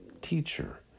teacher